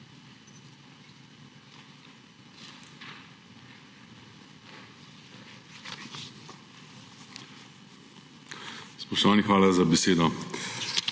Spoštovani, hvala za besedo.